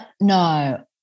no